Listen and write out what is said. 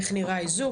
איך נראה איזוק,